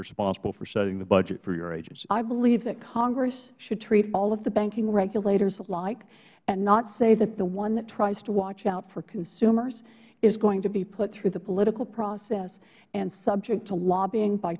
responsible for setting the budget for your agency ms warren i believe that congress should treat all of the banking regulators alike and not say that the one that tries to watch out for consumers is going to be put through the political process and subject to lobbying by